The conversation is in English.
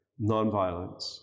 Nonviolence